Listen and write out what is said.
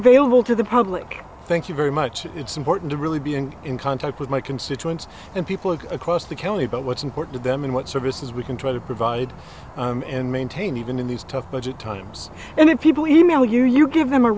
available to the public thank you very much it's important to really being in contact with my constituents and people across the county but what's important to them and what services we can try to provide and maintain even in these tough budget times and people he mail you you give them a